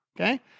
Okay